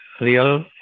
real